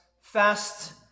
fast